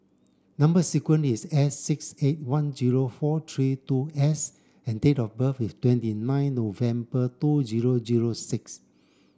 number sequence is S six eight one zero four three two S and date of birth is twenty nine November two zero zero six